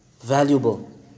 valuable